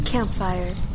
Campfire